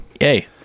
Yay